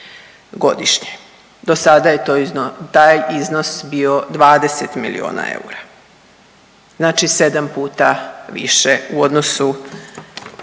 Do sada je taj iznos bio 20 milijuna eura, znači sedam puta više u odnosu